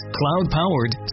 cloud-powered